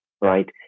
right